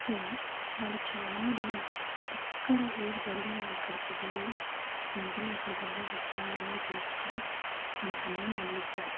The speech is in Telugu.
సో వాళ్ళు చాలా దూరం ఎక్కడ ఏది జరిగినా అక్కడికి వెళ్ళి వెంటనే అక్కడ జరిగిన విషయాలన్నీ తెలుసుకొని మనకన్నీ అందిస్తారు